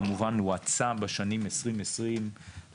כמובן הואצה בשנים 2020-2022,